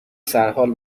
سرحال